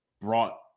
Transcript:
brought